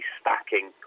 stacking